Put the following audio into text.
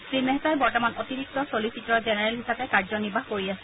শ্ৰী মেহতাই বৰ্তমান অতিৰিক্ত চলিচিটৰ জেনেৰেল হিচাপে কাৰ্যনিৰ্বাহ কৰি আছে